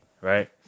right